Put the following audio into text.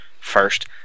first